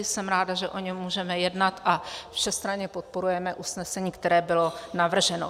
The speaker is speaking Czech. Jsem ráda, že o něm můžeme jednat, a všestranně podporujeme usnesení, které bylo navrženo.